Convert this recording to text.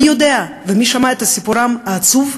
ומי יודע ומי שמע את סיפורם העצוב,